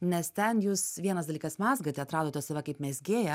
nes ten jūs vienas dalykas mezgate atradote save kaip mezgėja